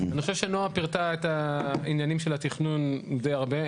אני חושב שנועה פירטה את העניינים של התכנון די הרבה,